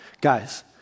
guys